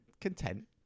Content